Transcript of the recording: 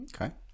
Okay